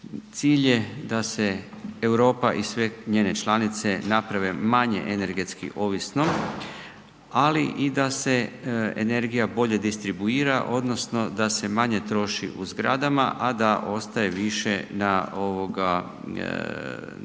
Cilj je da se Europa i sve njene članice naprave manje energetski ovisnom ali i da se energija bolje distribuira odnosno da se manje troši u zgradama a da ostaje više na izboru